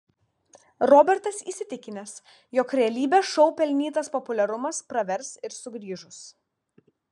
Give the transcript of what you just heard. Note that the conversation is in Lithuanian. robertas įsitikinęs jog realybės šou pelnytas populiarumas pravers ir sugrįžus